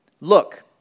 Look